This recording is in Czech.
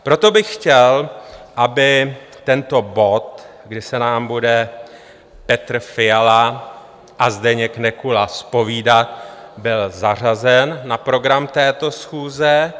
Proto bych chtěl, aby tento bod, kdy se nám bude Petr Fiala a Zdeněk Nekula zpovídat, byl zařazen na program této schůze.